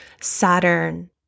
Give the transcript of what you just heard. Saturn